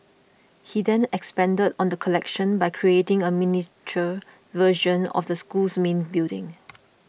he then expanded on the collection by creating a miniature version of the school's main building